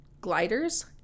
gliders